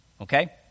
Okay